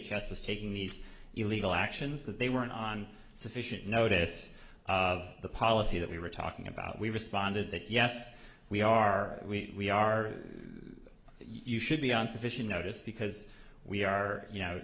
h s was taking these illegal actions that they weren't on sufficient notice of the policy that we were talking about we responded that yes we are we are you should be on sufficient notice because we are ou